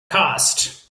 cost